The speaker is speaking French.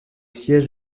siège